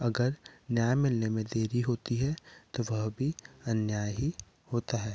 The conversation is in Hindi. अगर न्याय मिलने में देरी होती है तो वह भी अन्याय ही होता है